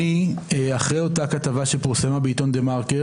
אחרי אותה כתבה שפורסמה בעיתון דה-מרקר